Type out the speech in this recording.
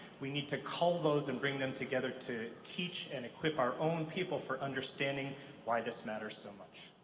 we need to cull those and bring them together to teach and equip our own people for understanding why this matters so much.